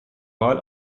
wahl